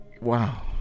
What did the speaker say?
Wow